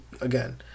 again